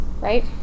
right